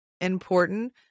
important